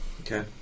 Okay